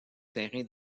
terrain